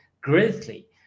greatly